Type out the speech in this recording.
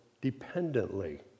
dependently